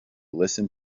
listen